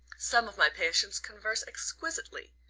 some of my patients converse exquisitely,